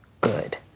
good